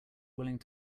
willing